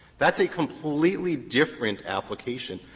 that's a completely different application.